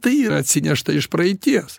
tai yra atsinešta iš praeities